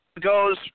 goes